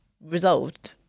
resolved